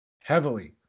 heavily